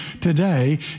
today